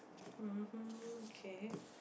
[um hm] K